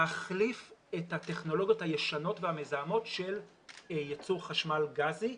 להחליף את הטכנולוגיות הישנות והמזהמות של ייצור חשמל גזי.